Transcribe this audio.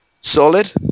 Solid